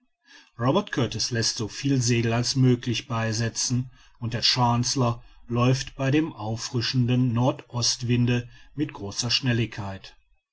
robert kurtis läßt so viel segel als möglich beisetzen und der chancellor läuft bei dem auffrischenden nordostwinde mit großer schnelligkeit